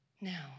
now